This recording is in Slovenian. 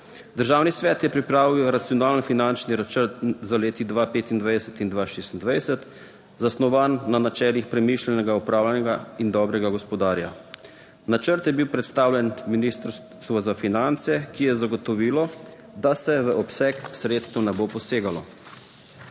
Državni svet je pripravil racionalen finančni načrt za leti 2025 in 2026, zasnovan na načelih premišljenega upravljanja in dobrega gospodarja. Načrt je bil predstavljen Ministrstvo za finance, ki je zagotovilo, da se v obseg sredstev ne bo posegalo.